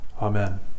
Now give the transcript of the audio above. Amen